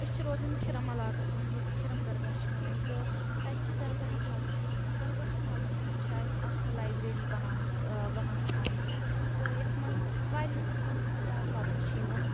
أسۍ چھِ روزان کھِرم علاقَس منٛز یَتھ کھِرم درگاہ چھِ وَنان تہٕ تَتہِ چھِ درگاہَس نزدیٖک درگاہَس نزدیٖک چھِ اَسہِ اَکھ لایبرٔری بَنٲمٕژ بنٲمٕژ آمٕژ تہٕ یَتھ منٛز واریَہَن قٕسمَن ہٕنٛز کِتاب لَبنہٕ چھِ یِوان